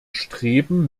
streben